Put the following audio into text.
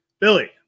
Billy